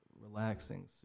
relaxing